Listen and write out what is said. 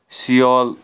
Seoul